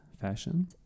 fashion